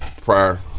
prior